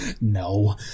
No